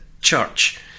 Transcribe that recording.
church